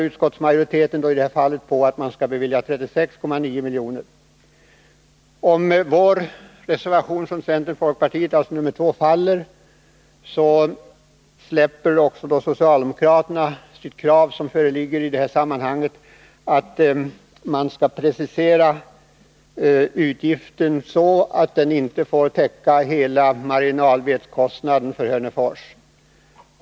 Utskottsmajoriteten föreslår alltså ett anslag på 36,9 milj.kr. Om reservation 2 faller släpper socialdemokraterna sitt krav på att utgiften skall preciseras så att den inte får täcka hela marginalvedskostnaden för Hörnefors.